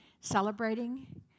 celebrating